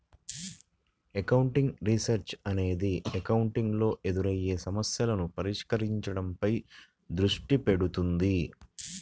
accounting research అనేది accounting లో ఎదురయ్యే సమస్యలను పరిష్కరించడంపై దృష్టి పెడుతుంది